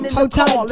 Hotel